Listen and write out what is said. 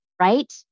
right